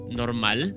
normal